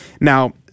Now